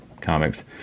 comics